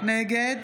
נגד